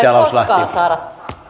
arvoisa puhemies